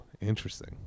interesting